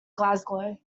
glasgow